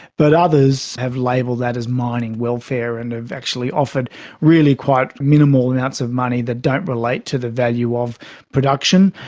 but others have labelled that as mining welfare and have actually offered really quite minimal amounts of money that don't relate to the value of production.